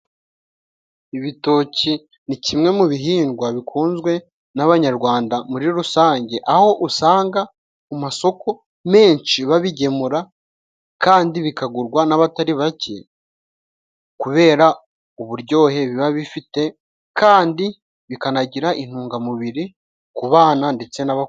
Ibitoki ni kimwe mu bihingwa bikunzwe n'abanyarwanda muri rusange, aho usanga mu masoko menshi babigemura kandi bikagurwa n'abatari bake, kubera uburyohe biba bifite kandi bikanagira intungamubiri kubana ndetse n'abakuru.